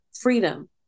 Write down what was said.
freedom